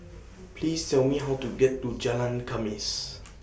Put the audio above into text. Please Tell Me How to get to Jalan Khamis